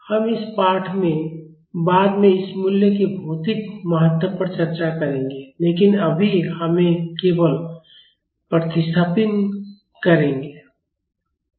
हम इस पाठ में बाद में इस मूल्य के भौतिक महत्व पर चर्चा करेंगे लेकिन अभी हम केवल प्रतिस्थापन करेंगे